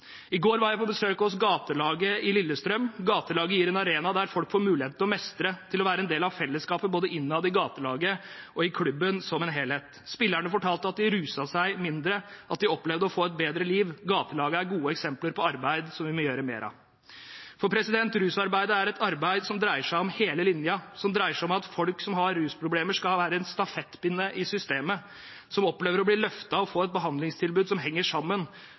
I går var jeg på besøk hos Gatelaget i Lillestrøm. Gatelaget gir en arena der folk får mulighet til å mestre, til å være en del av fellesskapet, både innad i Gatelaget og i klubben som en helhet. Spillerne fortalt at de ruset seg mindre, at de opplevde å få et bedre liv. Gatelagene er gode eksempler på arbeid som vi må gjøre mer av. Rusarbeid er et arbeid som dreier seg om hele linjen, som dreier seg om at folk som har rusproblemer, skal være en stafettpinne i systemet, som opplever å bli løftet og få et behandlingstilbud som henger sammen.